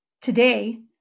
Today